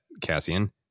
Cassian